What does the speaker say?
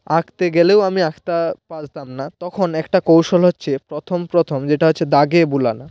আঁকতে গেলেও আমি আঁকতে পারতাম না তখন একটা কৌশল হচ্ছে প্রথম প্রথম যেটা হচ্ছে দাগে বোলানো